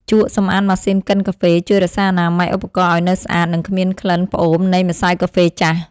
ជក់សម្អាតម៉ាស៊ីនកិនកាហ្វេ ជួយរក្សាអនាម័យឧបករណ៍ឱ្យនៅស្អាត និងគ្មានក្លិនផ្អូមនៃម្សៅកាហ្វេចាស់។